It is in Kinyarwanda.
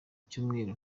icyumweru